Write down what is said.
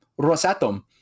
Rosatom